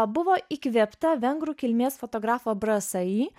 buvo įkvėpta vengrų kilmės fotografo brasaji